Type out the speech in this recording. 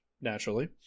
naturally